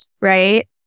right